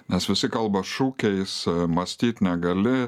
nes visi kalba šūkiais mąstyt negali